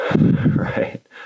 right